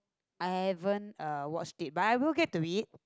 I haven't uh watched it but I will get to it